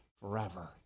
forever